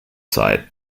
site